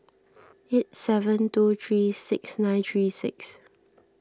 eight seven two three six nine three six